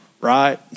right